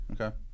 okay